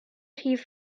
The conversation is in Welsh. rhif